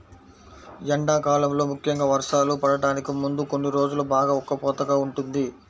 ఎండాకాలంలో ముఖ్యంగా వర్షాలు పడటానికి ముందు కొన్ని రోజులు బాగా ఉక్కపోతగా ఉంటుంది